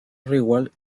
railway